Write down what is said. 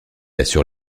assure